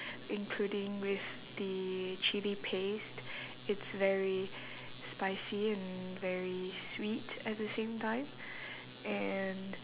including with the chilli paste it's very spicy and very sweet at the same time and